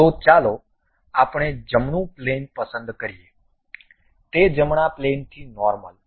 તો ચાલો આપણે જમણું પ્લેન પસંદ કરીએ તે જમણા પ્લેનથી નોર્મલ